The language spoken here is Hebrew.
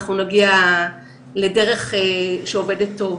אנחנו נגיע לדרך שעובדת טוב.